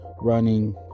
running